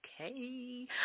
Okay